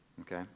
okay